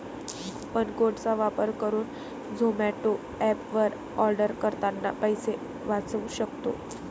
coupon code चा वापर करुन झोमाटो एप वर आर्डर करतांना पैसे वाचउ सक्तो